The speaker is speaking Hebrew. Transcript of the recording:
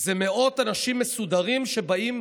"זה מאות אנשים מסודרים שבאים